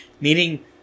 meaning